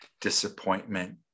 disappointment